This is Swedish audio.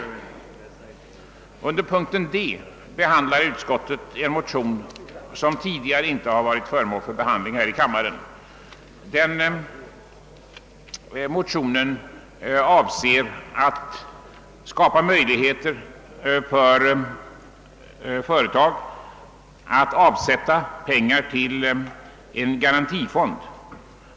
I reservationen D behandlas ett par motioner som inte tidigare har förekommit här i kammaren. I de motionerna har man talat för att skapa möjligheter för företag att avsätta pengar till en garantifond.